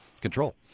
control